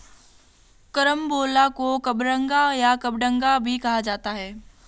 carambola को कबरंगा या कबडंगा भी कहा जाता है